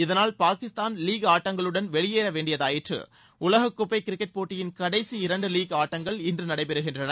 இதனால் பாகிஸ்தான் லீக் ஆட்டங்களுடன் வெளியேற வேண்டியதாயிற்று உலக கோப்பை கிரிக்கெட் போட்டியின் கடைசி இரண்டு வீக் ஆட்டங்கள் இன்று நடைபெறுகின்றன